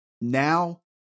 now